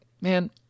man